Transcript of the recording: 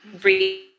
breathe